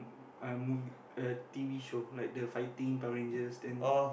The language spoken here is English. mm uh mov~ a t_v show like the fighting Power-Rangers then